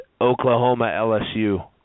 Oklahoma-LSU